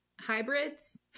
hybrids